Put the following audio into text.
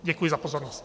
Děkuji za pozornost.